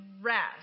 rest